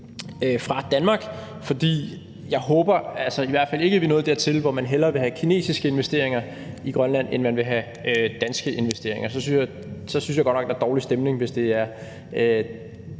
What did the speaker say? fra Danmark. Jeg håber i hvert fald ikke, at vi er nået dertil, hvor man hellere vil have kinesiske investeringer i Grønland, end man vil have danske investeringer. Så synes jeg godt nok, der er dårlig stemning, hvis det er